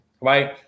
right